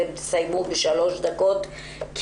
אתם תסיימו את דבריכם תוך שלוש דקות כי